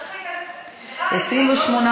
דב חנין ויעל גרמן לסעיף 15 לא נתקבלה.